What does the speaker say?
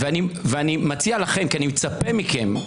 אני מציע לכם כי אני מצפה מכם,